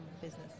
business